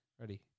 Ready